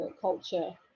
culture